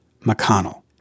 McConnell